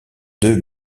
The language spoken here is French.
deux